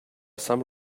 some